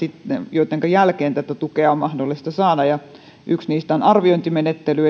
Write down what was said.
joittenka jälkeen tätä tukea on mahdollista saada yksi niistä on arviointimenettely